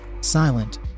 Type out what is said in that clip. Silent